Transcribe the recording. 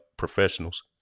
professionals